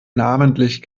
namentlich